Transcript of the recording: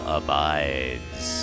abides